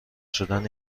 شدن